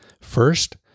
First